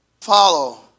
follow